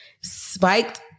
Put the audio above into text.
Spiked